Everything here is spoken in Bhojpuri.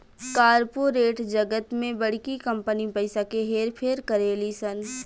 कॉर्पोरेट जगत में बड़की कंपनी पइसा के हेर फेर करेली सन